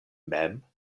mem